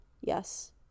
Yes